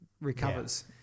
recovers